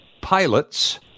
Pilots